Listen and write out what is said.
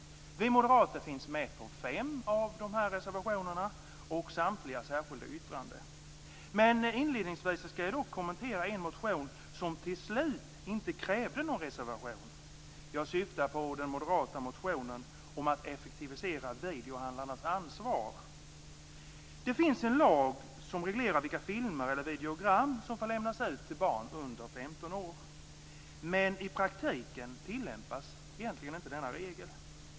Vi moderater finns med när det gäller fem av de här reservationerna samt samtliga särskilda yttranden. Jag skall inledningsvis kommentera en motion som till slut inte krävde någon reservation. Jag syftar på den moderata motionen om att effektivisera videohandlarnas ansvar. Det finns en lag som reglerar vilka filmer eller videogram som får lämnas ut till barn under 15 år men i praktiken tillämpas egentligen inte denna regel.